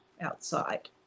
outside